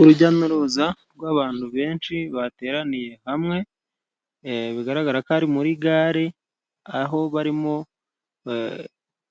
Urujya n'uruza rw'abantu benshi bateraniye hamwe bigaragara ko ari muri gare, aho barimo